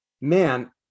man